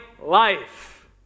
life